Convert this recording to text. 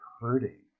hurting